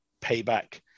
payback